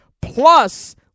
Plus